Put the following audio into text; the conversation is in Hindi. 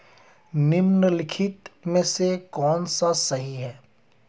निम्नलिखित में से कौन सा सही है?